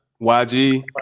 YG